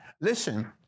Listen